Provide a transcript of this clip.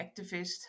activist